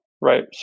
Right